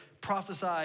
prophesy